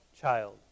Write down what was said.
child